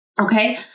Okay